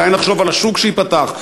אולי נחשוב על השוק שייפתח?